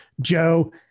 Joe